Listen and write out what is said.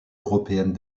européenne